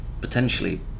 potentially